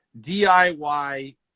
DIY